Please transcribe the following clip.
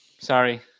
Sorry